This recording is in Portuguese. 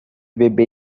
bebê